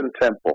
temple